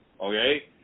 Okay